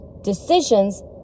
decisions